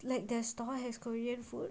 like their stall has korean food